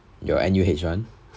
your N_U_H one